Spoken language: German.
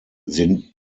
sind